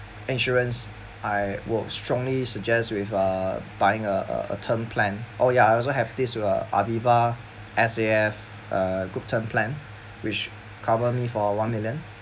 insurance I would strongly suggest with uh buying a a term plan oh ya I also have this Aviva S_A_F uh group term plan which cover me for one million